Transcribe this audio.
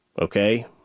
okay